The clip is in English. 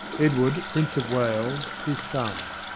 edward, prince of wales, his son.